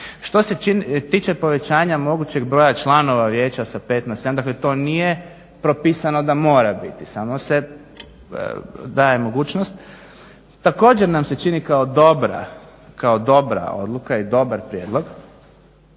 Što se tiče povećanja mogućeg broja članova vijeća sa 5 na 7, dakle to nije propisano da mora biti, samo se daje mogućnost, također nam se čini kao dobra odluka i dobar prijedlog